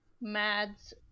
Mads